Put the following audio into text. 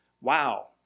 wow